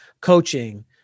Coaching